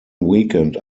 weekend